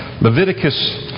Leviticus